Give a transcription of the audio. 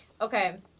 Okay